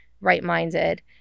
right-minded